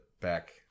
back